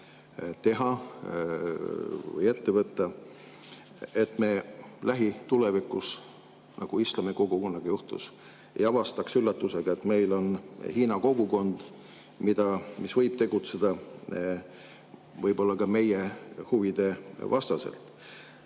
teha või ette võtta, et me lähitulevikus, nagu islamikogukonnaga juhtus, ei avastaks üllatusega, et meil on Hiina kogukond, mis võib tegutseda ka meie huvide vastaselt?